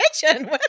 kitchen